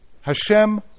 Hashem